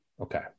Okay